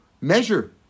measure